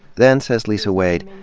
then, says lisa wade,